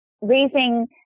raising